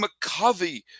McCovey